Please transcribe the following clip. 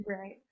Right